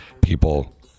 people